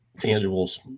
tangibles